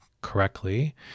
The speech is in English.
correctly